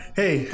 hey